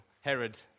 Herod